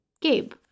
Gabe